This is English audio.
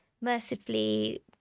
Mercifully